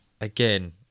again